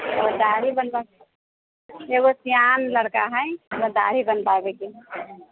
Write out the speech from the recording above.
दाढ़ी बनबै एगो सयान लड़का हइ ओकर दाढ़ी बनबाबयके हइ